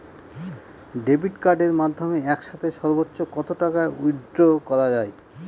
Debit কার্ডের মাধ্যমে একসাথে সর্ব্বোচ্চ কত টাকা উইথড্র করা য়ায়?